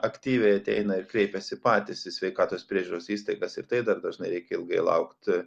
aktyviai ateina ir kreipiasi patys į sveikatos priežiūros įstaigas ir tai dar dažnai reikia ilgai laukti